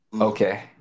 Okay